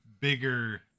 bigger